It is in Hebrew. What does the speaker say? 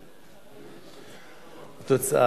נתקבל.